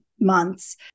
months